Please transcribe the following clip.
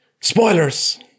Spoilers